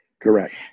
Correct